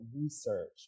research